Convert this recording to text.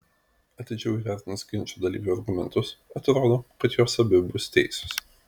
atidžiau įvertinus ginčo dalyvių argumentus atrodo kad jos abi bus teisios